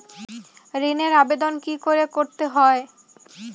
ঋণের আবেদন কি করে করতে হয়?